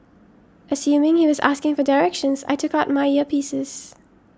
assuming he was asking for directions I took out my earpieces